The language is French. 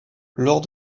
lors